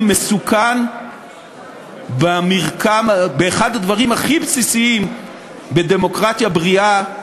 מסוכן באחד הדברים הכי בסיסיים בדמוקרטיה בריאה,